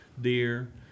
deer